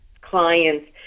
clients